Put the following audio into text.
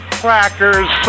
crackers